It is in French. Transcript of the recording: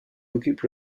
occupe